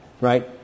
right